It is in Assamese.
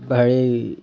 হেৰি